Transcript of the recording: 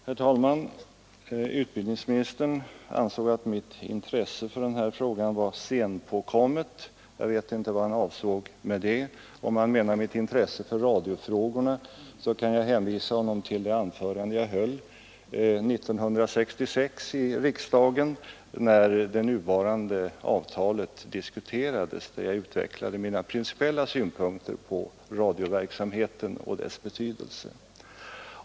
Herr talman! Utbildningsministern ansåg att mitt intresse för den här frågan var sent påkommet. Jag vet inte vad han avsåg med det. Om han menar mitt intresse för radiofrågorna, kan jag hänvisa till det anförande jag höll i riksdagen 1966 när det nuvarande avtalet diskuterades, där jag utvecklade mina principiella synpunkter på radioverksamheten och dess betydelse.